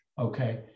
okay